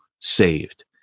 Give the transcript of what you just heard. saved